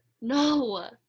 No